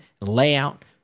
layout